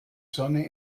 sonne